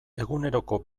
eguneroko